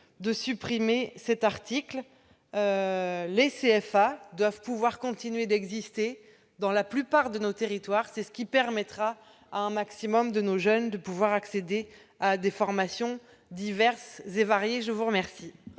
de supprimer cet article. Les CFA doivent pouvoir continuer d'exister dans la plupart de nos territoires ; c'est ce qui permettra à un maximum de nos jeunes d'accéder à des formations diverses et variées. Quel